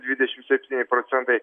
dvidešimt septyni procentai